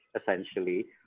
essentially